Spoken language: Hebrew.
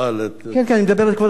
כן, כן, אני מדבר אל כבוד השר.